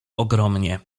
ogromnie